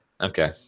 Okay